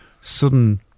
sudden